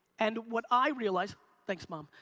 and what i realized thanks mom.